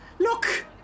Look